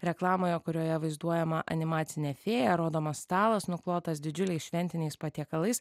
reklamoje kurioje vaizduojama animacinė fėja rodomas stalas nuklotas didžiuliais šventiniais patiekalais